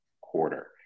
quarter